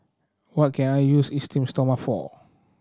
what can I use Esteem Stoma for